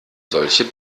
solche